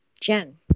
Jen